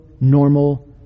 normal